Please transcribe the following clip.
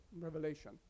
Revelation